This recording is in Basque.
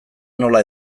nola